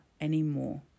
anymore